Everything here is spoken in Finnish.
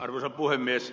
arvoisa puhemies